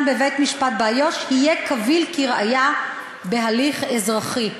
בבית-משפט באיו"ש יהיה קביל כראיה בהליך אזרחי.